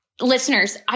Listeners